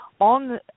on